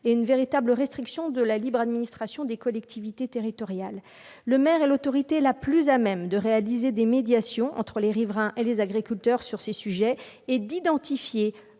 et une véritable restriction de la libre administration des collectivités territoriales. Le maire est l'autorité la plus à même de réaliser des médiations entre les riverains et les agriculteurs sur ces sujets et d'identifier